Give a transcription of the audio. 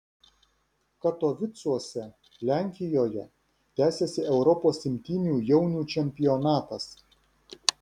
katovicuose lenkijoje tęsiasi europos imtynių jaunių čempionatas